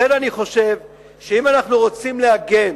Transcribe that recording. לכן אני חושב שאם אנחנו רוצים להגן